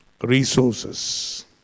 Resources